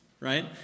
Right